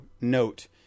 note